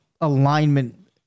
alignment